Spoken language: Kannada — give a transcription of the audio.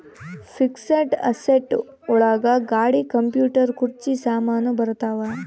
ಫಿಕ್ಸೆಡ್ ಅಸೆಟ್ ಒಳಗ ಗಾಡಿ ಕಂಪ್ಯೂಟರ್ ಕುರ್ಚಿ ಸಾಮಾನು ಬರತಾವ